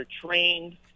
trained